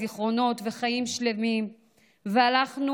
הזיכרונות וחיים שלמים והלכנו